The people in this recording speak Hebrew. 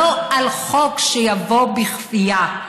לא על חוק שיבוא בכפייה.